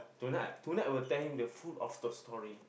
tonight tonight I will tell him the truth of the story